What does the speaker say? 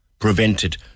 ...prevented